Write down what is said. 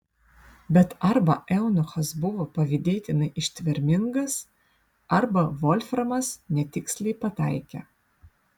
bet arba eunuchas buvo pavydėtinai ištvermingas arba volframas netiksliai pataikė